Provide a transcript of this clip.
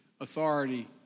authority